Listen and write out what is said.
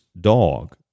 dog